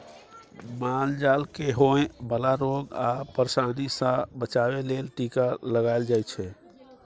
माल जाल केँ होए बला रोग आ परशानी सँ बचाबे लेल टीका लगाएल जाइ छै